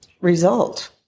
result